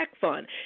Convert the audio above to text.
fund